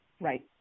Right